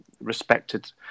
respected